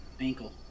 ankle